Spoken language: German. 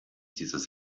dieses